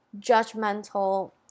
judgmental